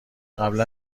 قبلا